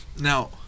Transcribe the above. Now